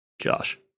Josh